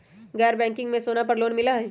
गैर बैंकिंग में सोना पर लोन मिलहई?